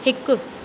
हिकु